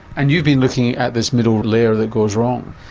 and you've been looking at this middle layer that goes wrong.